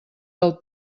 del